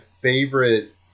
favorite